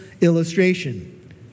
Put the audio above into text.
illustration